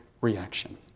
reaction